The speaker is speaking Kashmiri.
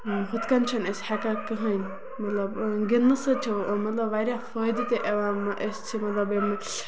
ہُتھ کَنۍ چھِنہٕ أسۍ ہٮ۪کان کٔہیٖنۍ مطلب گِندنہٕ سۭتۍ چھِ مطلب واریاہ فٲیدٕ تہِ یِوان أسۍ چھِ مطلب امہِ